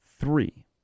three